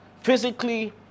physically